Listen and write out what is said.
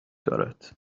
دارد